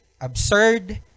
absurd